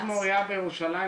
זה בקרית מוריה בירושלים,